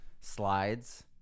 slides